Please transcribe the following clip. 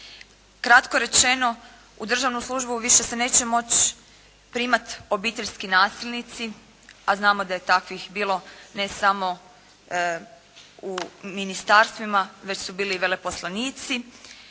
Kratko rečeno, u državnu službu više se neće moći primati obiteljski nasilnici, znamo da je takvih bilo ne samo u ministarstvima već su bili i veleposlanici.